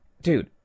dude